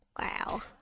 Wow